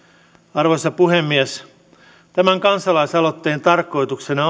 arvoisa puhemies tämän kansalaisaloitteen tarkoituksena